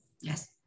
Yes